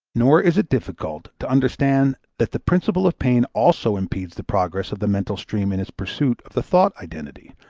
nor is it difficult to understand that the principle of pain also impedes the progress of the mental stream in its pursuit of the thought identity,